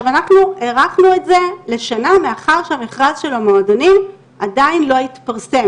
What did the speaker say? אנחנו הארכנו את זה לשנה מאחר שהמכרז של המועדונים עדיין לא התפרסם,